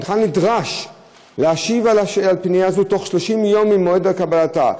הנך נדרש להשיב על פנייה זו תוך 30 יום ממועד קבלתה.